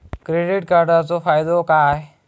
Credit कार्डाचो फायदो काय?